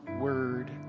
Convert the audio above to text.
word